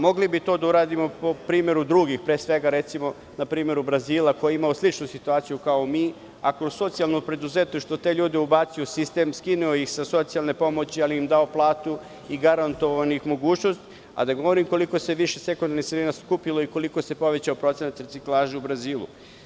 Mogli bi to da uradimo po primeru drugih, pre svega, recimo, na primeru Brazila, koji je imao sličnu situaciju kao i mi, a kroz socijalno preduzetništvo te ljude je ubacio u sistem, skinuo ih sa socijalne pomoći, ali im dao platu i garantovao mogućnosti, a da ne govorim koliko se više sekundarnih sirovina skupilo i koliko se povećao procenat reciklaže u Brazilu.